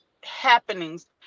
happenings